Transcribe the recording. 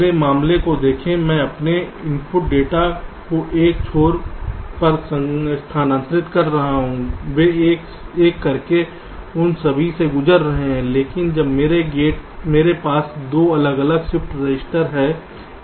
पहले मामला को देखें मैं अपने इनपुट डेटा को एक छोर पर स्थानांतरित कर रहा था और वे एक एक करके उन सभी से गुजर रहे थे लेकिन अब मेरे पास 2 अलग अलग शिफ्ट रजिस्टर हैं